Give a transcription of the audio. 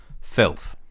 Filth